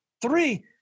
Three